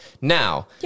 Now